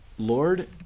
Lord